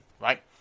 right